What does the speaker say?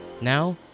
Now